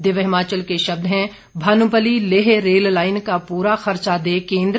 दिव्य हिमाचल के शब्द हैं भानुपल्ली लेह रेल लाईन का पूरा खर्चा दे केंद्र